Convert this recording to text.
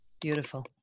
beautiful